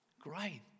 Great